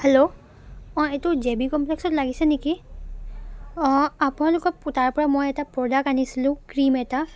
hello অঁ এইটো J B কমপ্লেক্সত লাগিছে নেকি অঁ আপোনালোকক তাৰ পৰা মই এটা প্ৰডাক্ট আনিছিলোঁ ক্ৰীম এটা